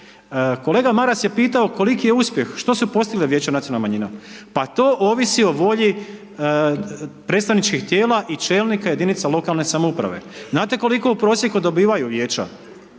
Kolega Maras je pitao koliki je uspjeh, što se postigle Vijeće nacionalnih manjina. Pa to ovisi o volji predstavničkih tijela i čelnika jedinice lokalne samouprave. Znate koliko u prosijeku dobivaju vijeća?